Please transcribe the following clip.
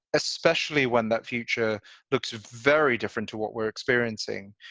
especially when that future looks very different to what we're experiencing,